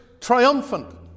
triumphant